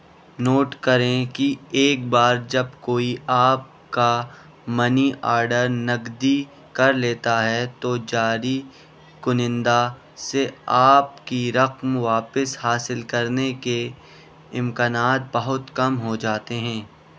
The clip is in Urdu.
نوٹ کریں کہ ایک بار جب کوئی آپ کا منی آڈر نگدی کر لیتا ہے تو جاری کنندہ سے آپ کی رقم واپس حاصل کرنے کے امکانات بہت کم ہو جاتے ہیں